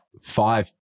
five